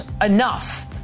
enough